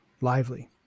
lively